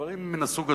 דברים מן הסוג הזה.